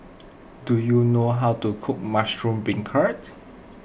do you know how to cook Mushroom Beancurd